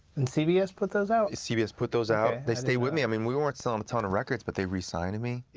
and cbs put those out? cbs put those out. they stayed with me, i mean, we weren't selling a ton of records, but they resigned me.